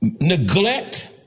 neglect